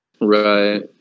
Right